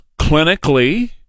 clinically